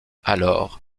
alors